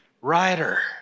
Rider